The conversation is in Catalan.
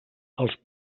els